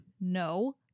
No